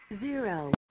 Zero